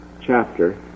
chapter